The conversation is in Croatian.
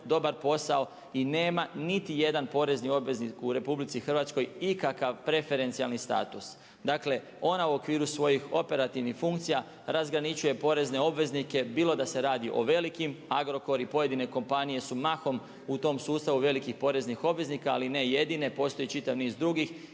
dobar posao i nema niti jedan porezni obveznik u Republici Hrvatskoj ikakav preferencijalni status. Dakle, ona u okviru svojih operativnih funkcija razgraničuje porezne obveznike bilo da se radi o velikim Agrokor i pojedine kompanije su mahom u tom sustavu velikih poreznih obveznika, ali ne jedine. Postoji čitav niz drugih